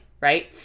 right